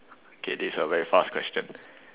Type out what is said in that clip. okay this is a very fast question